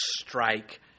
strike